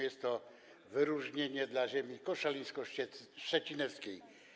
Jest to wyróżnienie dla ziemi koszalińsko-szczecineckiej.